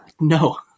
no